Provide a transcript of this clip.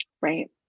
Right